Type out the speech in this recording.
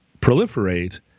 proliferate